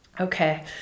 Okay